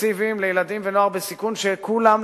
תקציבים לילדים ונוער בסיכון שכולם,